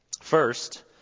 First